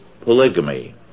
polygamy